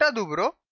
ah to grow